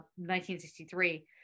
1963